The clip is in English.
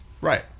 Right